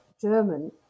German